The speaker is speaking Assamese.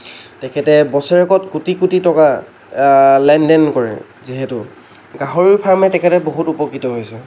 তেখেতে বছৰেকত কোটি কোটি টকা লেন দেন কৰে যিহেতু গাহৰি ফাৰ্মেৰে তেখেতে বহুত উপকৃত হৈছে